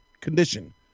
condition